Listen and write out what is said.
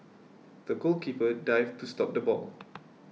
the goalkeeper dived to stop the ball